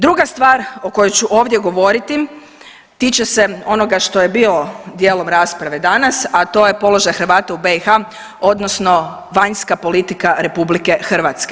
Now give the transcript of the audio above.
Druga stvar o kojoj ću ovdje govoriti tiče se onoga što je bilo dijelom rasprave danas, a to je položaj Hrvata u BiH odnosno vanjska politika RH.